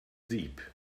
deep